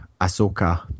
Ahsoka